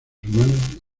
humanas